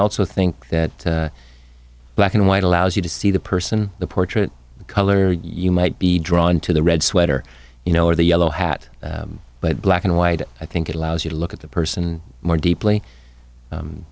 also think that black and white allows you to see the person the portrait the color you might be drawn to the red sweater you know or the yellow hat but black and white i think it allows you to look at the person more deeply